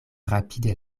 rapide